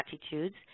attitudes